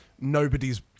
nobody's